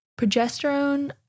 Progesterone